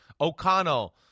O'Connell